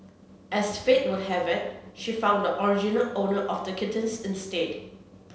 as fate would have it she found the original owner of the kittens instead